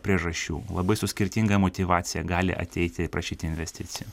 priežasčių labai su skirtinga motyvacija gali ateiti prašyti investicijų